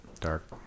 Dark